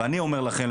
ואני אומר לכם,